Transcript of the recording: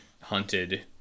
hunted